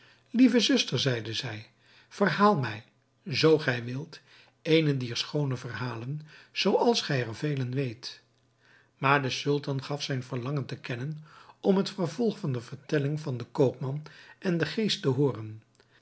lieve zuster zeide zij verhaal mij zoo gij wilt eene dier schoone verhalen zooals gij er velen weet maar de sultan gaf zijn verlangen te kennen om het vervolg van de vertelling van den koopman en den geest te hooren